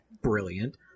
brilliant